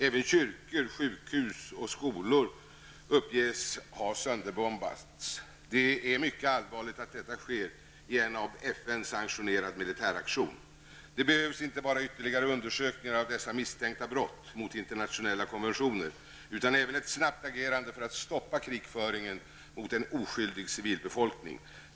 Även kyrkor, sjukhus och skolor uppges ha sönderbombats. Det är mycket allvarligt att detta sker i en av FN sanktionerad militäraktion. Det behövs inte bara ytterligare undersökningar av dessa misstänkta brott mot internationella konventioner, utan även ett snabbt agerande för att stoppa krigföringen mot en oskyldig civilbefolkning.